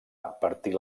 partir